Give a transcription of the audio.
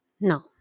no